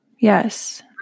Yes